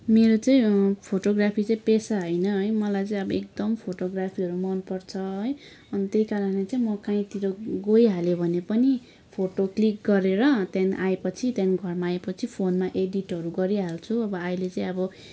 मेरो चाहिँ फोटोग्राफी चाहिँ पेसा होइन है मलाई चाहिँ एकदम फोटोग्राफीहरू मनपर्छ है अनि त्यही कारणले चाहिँ म कहीँतिर गइहालेँ पनि फोटो क्लिक् गरेर त्यहाँदेखि आएँ पछि त्यहाँ देखि घरमा आएपछि फोनमा एडिटहरू गरिहाल्छु अब अहिले चाहिँ अब